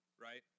right